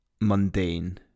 mundane